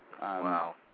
Wow